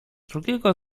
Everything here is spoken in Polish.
drugiego